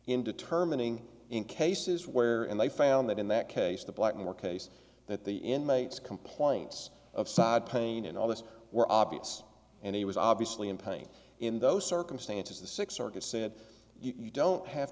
in determining in cases where and they found that in that case the blackmore case that the inmates complaints of side pain in all this were obvious and he was obviously in pain in those circumstances the six circuit said you don't have